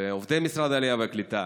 תודה לעובדי משרד העלייה והקליטה,